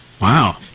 Wow